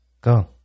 Go